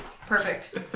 Perfect